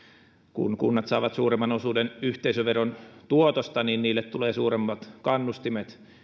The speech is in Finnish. kun kunnat saavat suuremman osuuden yhteisöveron tuotosta niin niille tulee suuremmat kannustimet